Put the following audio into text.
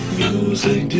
music